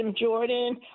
Jordan